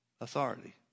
authority